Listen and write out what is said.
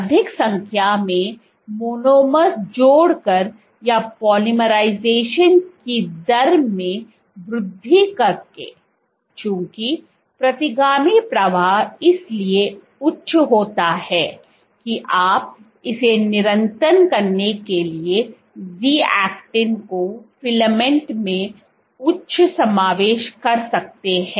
अधिक संख्या में मोनोमर्स जोड़कर या पोलीमराइजेशन की दर में वृद्धि करके चूँकि प्रतिगामी प्रवाह इस लिए उच्च होता है कि आप इसे निरंतर करने के जी एक्टिन को फिल्मेंट में उच्च समावेश कर सकते हैं